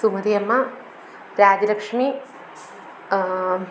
Sumathi Amma Rajalakshmi